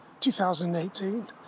2018